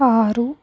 ఆరు